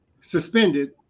suspended